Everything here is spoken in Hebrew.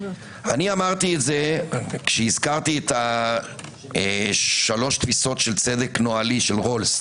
אמרתי את זה כשהזכרתי את שלוש התפיסות של צדק נוהלי של רולס.